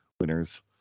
winners